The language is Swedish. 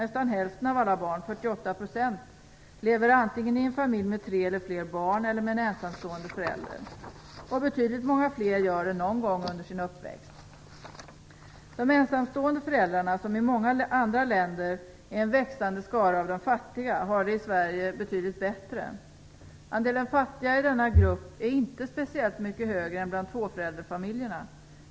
Nästan hälften av alla barn, 48 %, antingen i en familj med tre eller fler barn eller med en ensamstående förälder, och betydligt många fler gör det någon gång under sin uppväxt. De ensamstående föräldrarna, som i många andra länder är en växande skara av de fattiga, har det i Sverige betydligt bättre. Andelen fattiga i denna grupp är inte speciellt mycket större än bland tvåföräldersfamiljerna.